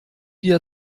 dir